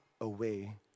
away